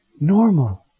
Normal